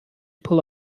pull